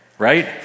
Right